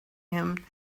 him